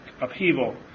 upheaval